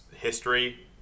history